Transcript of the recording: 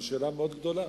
זו שאלה מאוד גדולה.